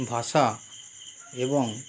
ভাষা এবং